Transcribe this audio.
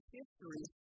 history